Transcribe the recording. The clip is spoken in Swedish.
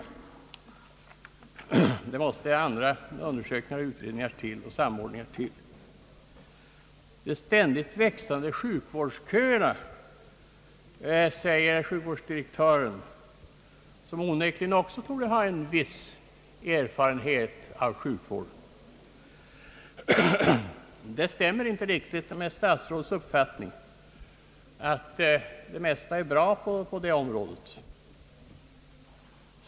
Andra utredningar och samordningar måste till. »De ständigt växande sjukvårdsköerna», talar sjukvårdsdirektören om, och han torde onekligen också ha en viss erfarenhet av sjukvården. Det stämmer inte riktigt med statsrådets uppfattning att det mesta är bra på området.